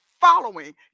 following